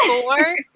four